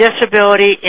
Disability